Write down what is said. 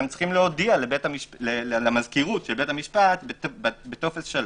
הם צריכים להודיע למזכירות של בית המשפט בטופס 3